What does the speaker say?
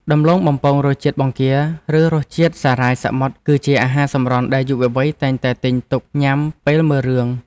ដំឡូងបំពងរសជាតិបង្គាឬរសជាតិសារាយសមុទ្រគឺជាអាហារសម្រន់ដែលយុវវ័យតែងតែទិញទុកញ៉ាំពេលមើលរឿង។